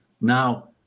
now